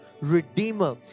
redeemer